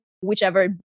whichever